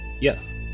Yes